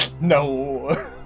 no